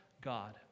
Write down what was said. God